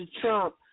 Trump